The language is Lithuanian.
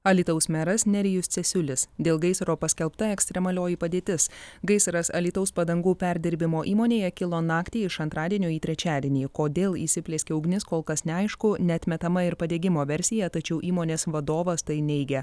alytaus meras nerijus cesiulis dėl gaisro paskelbta ekstremalioji padėtis gaisras alytaus padangų perdirbimo įmonėje kilo naktį iš antradienio į trečiadienį kodėl įsiplieskė ugnis kol kas neaišku neatmetama ir padegimo versija tačiau įmonės vadovas tai neigia